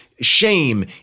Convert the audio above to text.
shame